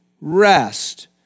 rest